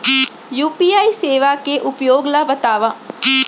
UPI सेवा के उपयोग ल बतावव?